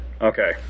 Okay